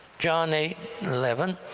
john eight eleven,